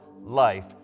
life